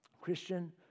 Christian